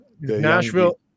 Nashville